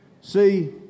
See